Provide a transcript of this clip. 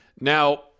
Now